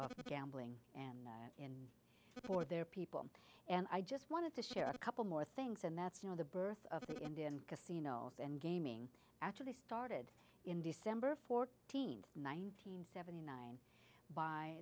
the gambling and for their people and i just wanted to share a couple more things and that's you know the birth of the indian casino and gaming actually started in december fourteenth nine hundred seventy nine by